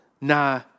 nah